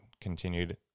continued